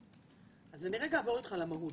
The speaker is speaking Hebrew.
אז אני אעבור אתך על המהות.